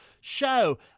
show